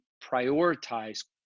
prioritize